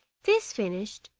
this finished,